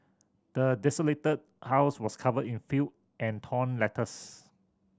the desolated house was covered in filth and torn letters